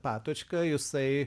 patočka jisai